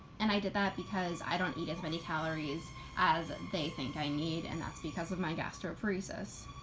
and i did that because i don't eat as many calories as they think i need and that's because of my gastroparesis.